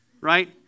Right